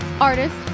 Artist